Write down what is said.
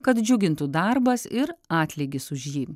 kad džiugintų darbas ir atlygis už jį